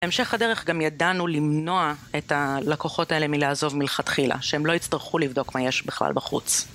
בהמשך הדרך גם ידענו למנוע את הלקוחות האלה מלעזוב מלכתחילה, שהם לא יצטרכו לבדוק מה יש בכלל בחוץ